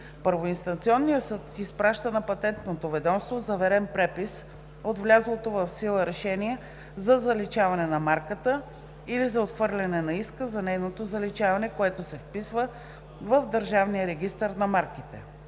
първоинстанционният съд изпраща на Патентно ведомство заверен препис от влязлото в сила решение за заличаване на марката или за отхвърляне на иска за нейното заличаване, което се вписва в Държавния регистър на марките.